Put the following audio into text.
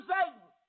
Satan